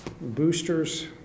boosters